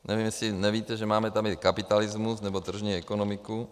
Nevím, jestli nevíte, že máme tady kapitalismus, nebo tržní ekonomiku.